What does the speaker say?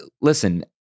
Listen